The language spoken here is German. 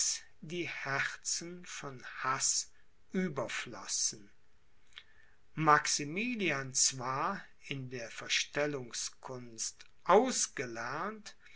die herzen von haß überflossen maximilian zwar in der verstellungskunst ausgelernt